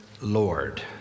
Lord